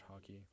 hockey